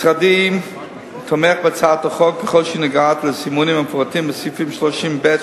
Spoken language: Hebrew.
משרדי תומך בהצעת החוק ככל שהיא נוגעת לסימונים המפורטים בסעיפים 30(ב),